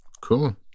Cool